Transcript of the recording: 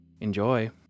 enjoy